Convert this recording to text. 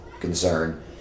concern